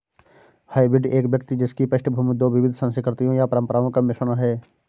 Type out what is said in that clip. hybrid एक व्यक्ति जिसकी पृष्ठभूमि दो विविध संस्कृतियों या परंपराओं का मिश्रण है